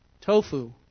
Tofu